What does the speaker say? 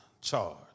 charge